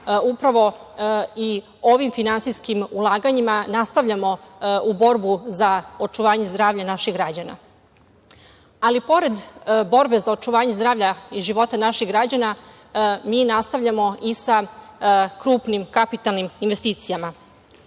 Upravo ovim finansijskim ulaganjima nastavljamo borbu za očuvanje zdravlja naših građana. Ali pored borbe za očuvanje zdravlja i života naših građana, mi nastavljamo i sa krupnim kapitalnim investicijama. Programi